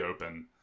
open